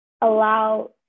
allow